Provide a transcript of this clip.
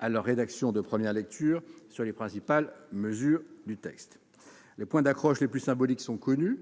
à leur rédaction de première lecture sur les principales mesures du texte. Les points d'accroche les plus symboliques sont connus